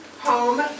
Home